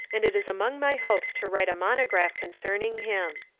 and it is among my hopes to write a monograph concerning him.